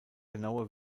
genaue